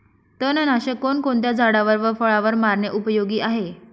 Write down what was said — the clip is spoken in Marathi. तणनाशक कोणकोणत्या झाडावर व फळावर मारणे उपयोगी आहे?